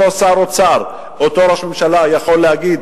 אותו שר אוצר, אותו ראש ממשלה, יכול להגיד: